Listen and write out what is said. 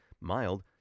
mild